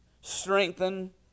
strengthen